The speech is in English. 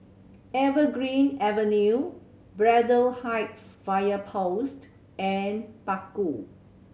Evergreen Avenue Braddell Heights Fire Post and Bakau